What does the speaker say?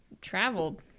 traveled